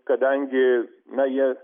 kadangi na jie